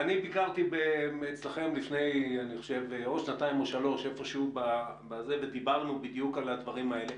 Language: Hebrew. ביקרתי אצלכם לפני שנתיים-שלוש ודיברנו בדיוק על הדברים האלה.